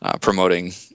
promoting